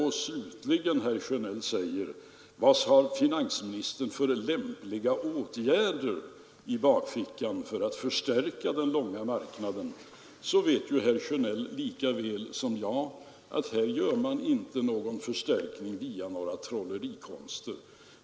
Slutligen frågar herr Sjönell: Vad har finansministern för lämpliga åtgärder i bakfickan för att förstärka den långa marknaden? Men herr Sjönell vet ju lika väl som jag att här gör man inte någon förstärkning via några trollerikonster.